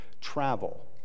travel